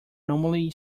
normally